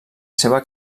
seva